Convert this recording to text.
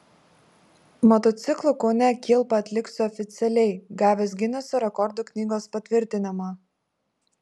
motociklu kaune kilpą atliksiu oficialiai gavęs gineso rekordų knygos patvirtinimą